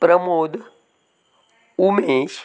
Pramod Umesh